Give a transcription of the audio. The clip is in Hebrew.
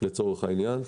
לצורך העניין.